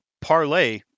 parlay